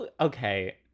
Okay